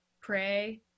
pray